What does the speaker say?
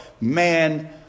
man